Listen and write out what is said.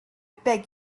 beg